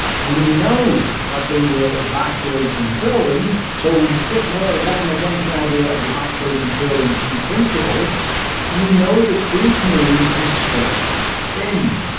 we know that they were evacuating courland so hitler wasn't against the idea of evacuating courland in principle and we know the kriegsmarine is stretched thin.